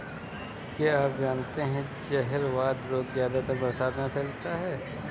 क्या आप जानते है जहरवाद रोग ज्यादातर बरसात में फैलता है?